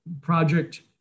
project